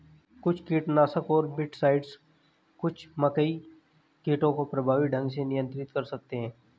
कुछ कीटनाशक और मिटसाइड्स कुछ मकई कीटों को प्रभावी ढंग से नियंत्रित कर सकते हैं